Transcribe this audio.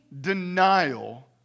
denial